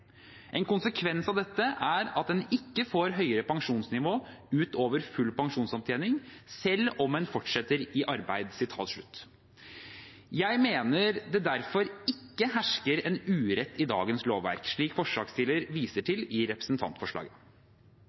En konsekvens av dette er at en ikke får høyere pensjonsnivå ut over full opptjening selv om en fortsetter i arbeid.» Jeg mener det derfor ikke hersker en urett i dagens lovverk, slik forslagsstillerne viser til i representantforslaget.